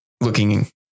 looking